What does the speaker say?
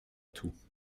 tout